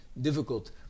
difficult